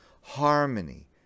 harmony